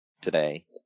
today